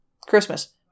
Christmas